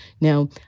Now